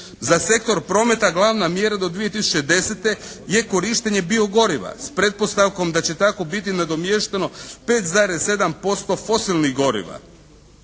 Za sektor prometa glavna mjera do 2010. je korištenje bio-goriva s pretpostavkom da će tako biti nadomješteno 5,7% fosilnih-goriva.